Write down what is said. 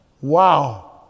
Wow